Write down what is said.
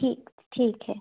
G ঠিক হে